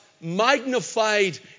magnified